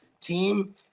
team